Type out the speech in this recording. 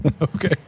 Okay